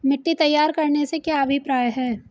मिट्टी तैयार करने से क्या अभिप्राय है?